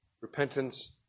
repentance